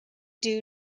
due